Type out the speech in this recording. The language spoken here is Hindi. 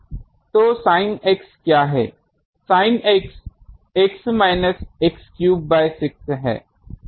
Sin x x minus x cube by 6 है